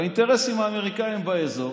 והאינטרסים האמריקאיים באזור